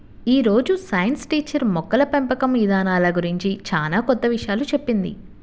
యీ రోజు science teacher మొక్కల పెంపకం ఇదానాల గురించి చానా కొత్త విషయాలు చెప్పింది